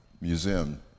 Museum